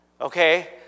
Okay